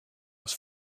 was